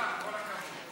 חברת הכנסת מרב מיכאלי,